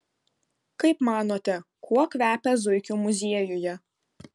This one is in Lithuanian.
kaip manote kuo kvepia zuikių muziejuje